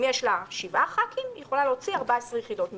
אם יש לה שבעה חברי כנסת היא יכולה להוציא 14 יחידות מימון.